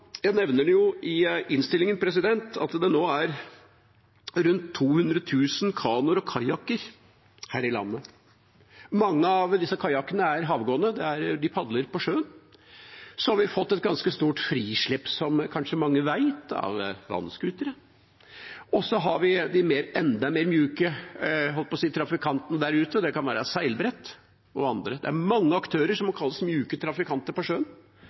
kajakker her i landet, og mange av disse kajakkene er havgående, man padler på sjøen. Så har vi fått et ganske stort frislepp, som kanskje mange vet, av vannscootere. Og så har vi de enda mer myke trafikantene der ute – det kan være de på seilbrett og andre – det er mange aktører som må kunne kalles «myke trafikanter» på sjøen.